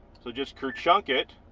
so just crew chunk it